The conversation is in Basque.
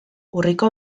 urriko